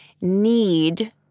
need